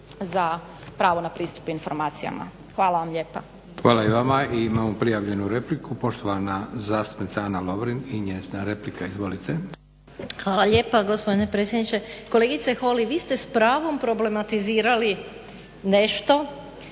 za pravo na pristup informacijama. Hvala vam lijepa. **Leko, Josip (SDP)** Hvala i vama. Imamo prijavljenu repliku. Poštovana zastupnica Ana Lovrin i njezina replika. Izvolite. **Lovrin, Ana (HDZ)** Hvala lijepa gospodine predsjedniče. Kolegice Holy, vi ste s pravom problematizirali nešto, taj